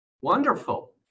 Wonderful